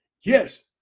Yes